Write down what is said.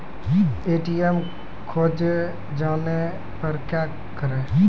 ATM खोजे जाने पर क्या करें?